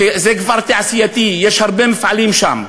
שזה כפר תעשייתי, יש הרבה מפעלים שם.